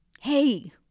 Hey